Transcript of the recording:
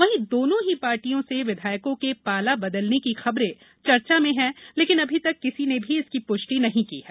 वहीं दोनो ही पार्टियों से विधायकों के पाला बदलने की खबरे चर्चा में हैं लेकिन अभी तक किसी ने भी इसकी पुष्टि नहीं की है